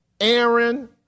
Aaron